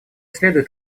следует